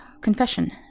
confession